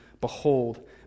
Behold